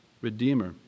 redeemer